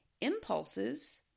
impulses